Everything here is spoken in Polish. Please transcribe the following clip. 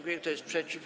Kto jest przeciw?